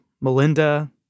Melinda